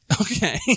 Okay